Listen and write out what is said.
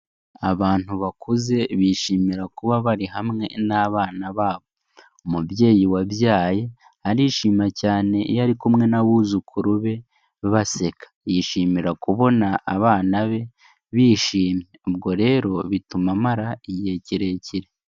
Abantu bakuze bishimira kuba bari hamwe n'abana babo. Umubyeyi wabyaye arishima cyane, iyo ari kumwe n'abuzukuru be baseka. Yishimira kubona abana be bishimye. Ubwo rero, bituma amara igihe kirekire.